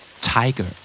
Tiger